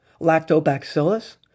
Lactobacillus